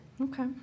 Okay